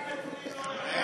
לא יפה להגיד נתונים לא נכונים.